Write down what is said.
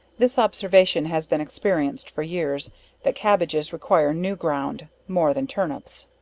this observation has been experienced for years that cabbages require new ground, more than turnips.